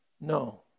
no